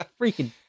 freaking